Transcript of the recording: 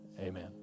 amen